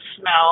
smell